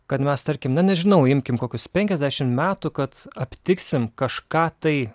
kad mes tarkim na nežinau imkim kokius penkiasdešimt metų kad aptiksim kažką tai